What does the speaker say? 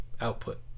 output